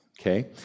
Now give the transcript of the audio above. okay